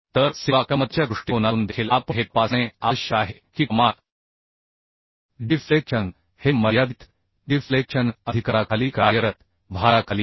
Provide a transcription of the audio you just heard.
तर सेवाक्षमतेच्या दृष्टिकोनातून देखील आपण हे तपासणे आवश्यक आहे की कमाल डिफ्लेक्शन हे मर्यादित डिफ्लेक्शन अधिकाराखाली कार्यरत भाराखाली आहे